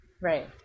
Right